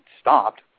stopped